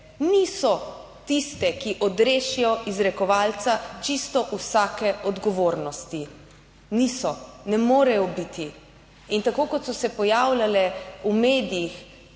niso tiste, ki odrešijo izrekovalca čisto vsake odgovornosti. Niso, ne morejo biti. In tako kot so se pojavljale v medijih